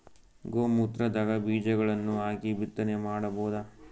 ಗೋ ಮೂತ್ರದಾಗ ಬೀಜಗಳನ್ನು ಹಾಕಿ ಬಿತ್ತನೆ ಮಾಡಬೋದ?